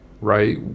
Right